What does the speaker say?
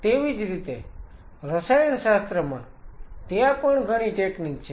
તેવી જ રીતે રસાયણશાસ્ત્રમાં ત્યાં પણ ઘણી ટેકનીક છે